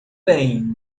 bem